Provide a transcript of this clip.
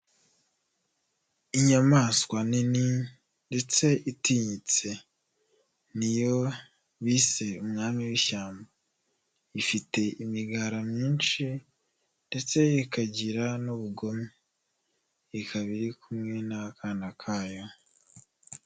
Inyamaswa nini ndetse itinyitse niyo bise umwami w'ishyamba, ifite .imigara myinshi ndetse ikagira n'ubugome ikaba iri kumwe n'akana kayo